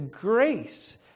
grace